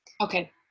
Okay